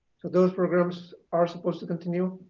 so those programs are supposed to continue,